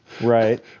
Right